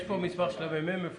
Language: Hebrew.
יש פה מסמך של הממ"מ, מפורט.